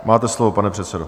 Máte slovo, pane předsedo.